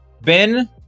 ben